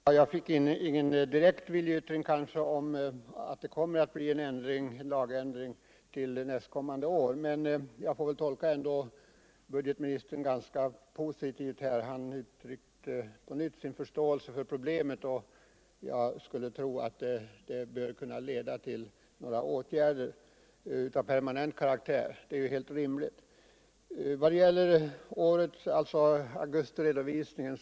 Herr talman! Budgetministern avgav inte någon direkt viljeyttring om att det kommer att bli en lagändring inför kommande år. men jag får ändå tolka hans uttalande som ganska positivt. Han gav på nytt uttryck åt sin förståelse för problemet, och det borde kunna leda till att åtgärder av permanent karaktär kommer alt vidtas, vilket vore helt rimligt.